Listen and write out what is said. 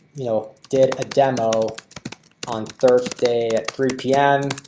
you know did a demo on thursday at three p m.